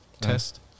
test